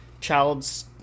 child's